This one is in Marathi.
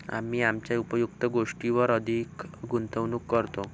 आम्ही आमच्या उपयुक्त गोष्टींवर अधिक गुंतवणूक करतो